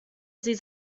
sie